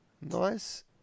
Nice